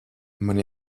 man